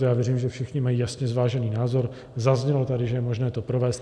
Já věřím, že všichni mají jasně zvážený názor, zaznělo tady, že je možné to provést.